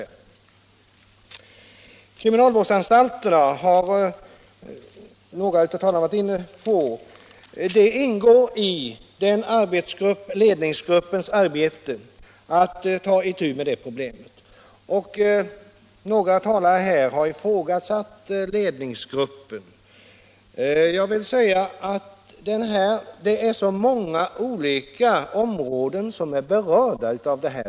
Kriminalvårdsanstalterna har några av talarna här i dag tagit upp. Det ingår i ledningsgruppens arbete att ta itu med det problemet. Några talare har ifrågasatt ledningsgruppen. Det är så många olika områden som är berörda, att det behövs en samordning.